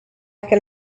can